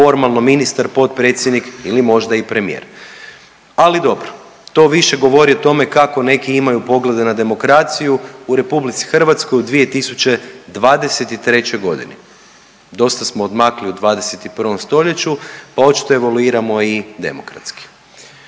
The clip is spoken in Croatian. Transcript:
formalno ministar, potpredsjednik ili možda i premijer. Ali dobro, to više govori o tome kako neki imaju poglede na demokraciju u Republici Hrvatskoj u 2023. godini. Dosta smo odmakli u 21 stoljeću, pa očito evoluiramo i demokratski.